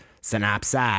synopsis